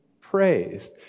praised